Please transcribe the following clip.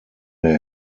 der